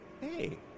hey